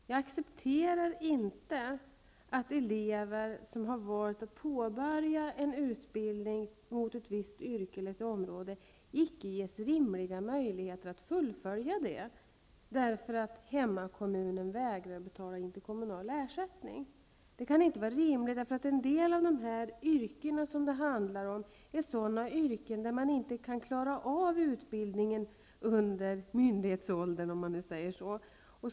Jag accepterar inte att elever som har valt att påbörja en utbildning mot ett visst yrke eller område icke ges rimliga möjligheter att fullfölja denna därför att hemkommunen vägrar att betala interkommunal ersättning. Det kan inte vara rimligt, eftersom en del av de yrken det här handlar om är sådana att man inte kan klara av utbildningen under myndighetsålder, om jag uttrycker mig så.